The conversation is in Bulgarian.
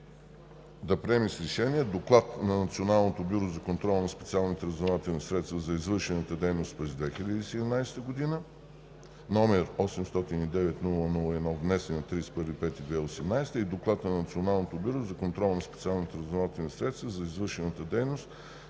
да приеме с решения Доклад на Националното бюро за контрол на специалните разузнавателни средства за извършената дейност през 2017 г., № 809-00-1, внесен на 31 май 2018 г., и Доклад на Националното бюро за контрол на специалните разузнавателни средства за извършената дейност